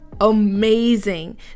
amazing